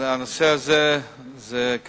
הנושא הזה קשה,